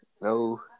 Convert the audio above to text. No